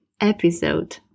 episode